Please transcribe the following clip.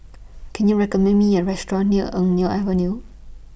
Can YOU recommend Me A Restaurant near Eng Neo Avenue